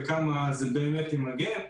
וכמה זה באמת ימגר,